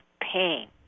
pain